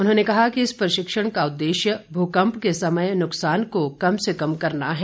उन्होने कहा कि इस प्रशिक्षण का उद्देश्य भूकंप के समय नुकसान को कम से कम करना है